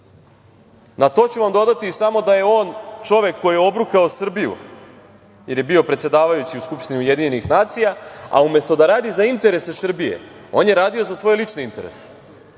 to ću vam dodati samo da je on čovek koji je obrukao Srbiju, jer je bio predsedavajući u Skupštini UN, a umesto da radi za interese Srbije on je radio za svoje lične interese.